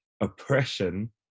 oppression